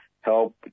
help